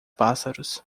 pássaros